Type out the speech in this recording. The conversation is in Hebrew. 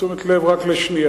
תשומת לב רק לשנייה: